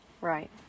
Right